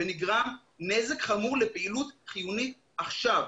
כך נגרם נזק חמור לפעילות חיונית עכשיו.